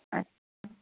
अच्छा